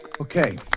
Okay